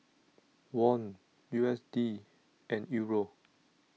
Won U S D and Euro